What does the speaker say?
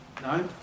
No